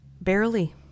barely